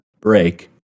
break